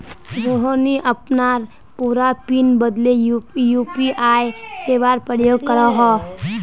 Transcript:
रोहिणी अपनार पूरा पिन बदले यू.पी.आई सेवार प्रयोग करोह